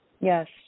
Yes